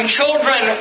children